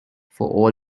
for